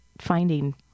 finding